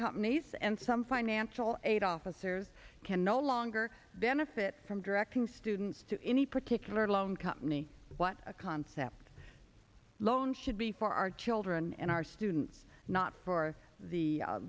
companies and some financial aid officers can no longer than if it from directing students to any particular loan company what a concept loan should be for our children and our students not for the